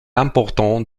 important